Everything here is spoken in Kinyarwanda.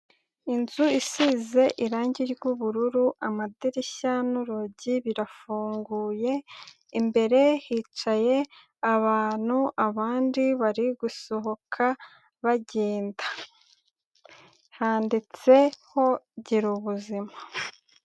Inzu isize irangi ry'ubururu, amadirishya n'urugi birafunguye, imbere hicaye abantu, abandi bari gusohoka bagenda, handitseho girubuzima.